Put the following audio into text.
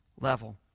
level